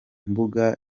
mbuga